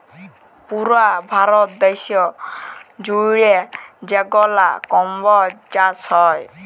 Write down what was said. পুরা ভারত দ্যাশ জুইড়ে যেগলা কম্বজ চাষ হ্যয়